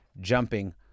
jumping